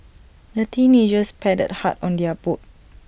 the teenagers paddled hard on their boat